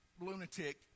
lunatic